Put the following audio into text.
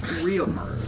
Real